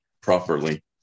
properly